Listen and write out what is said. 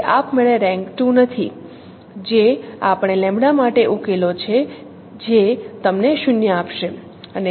તે આપમેળે રેન્ક 2 નથી જે આપણે લેમ્બડા માટે ઉકેલો છે જે તમને 0 આપશે